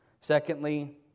Secondly